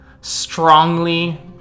strongly